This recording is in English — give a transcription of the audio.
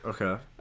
okay